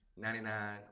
99